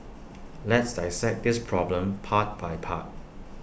let's dissect this problem part by part